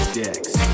dicks